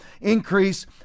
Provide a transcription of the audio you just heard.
increase